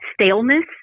staleness